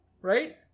Right